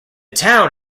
town